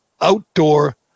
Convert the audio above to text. outdoor